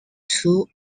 two